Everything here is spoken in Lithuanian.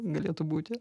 galėtų būti